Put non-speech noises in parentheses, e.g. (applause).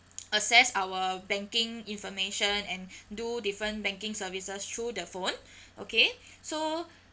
(noise) assess our banking information and (breath) do different banking services through the phone (breath) okay (breath) so (breath)